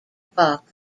buck